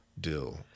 deal